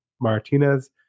Martinez